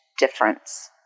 difference